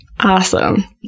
Awesome